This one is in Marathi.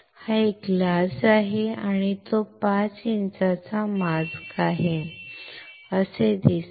हा एक काच आहे आणि तो 5 इंचाचा मास्क आहे असे दिसते